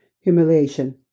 humiliation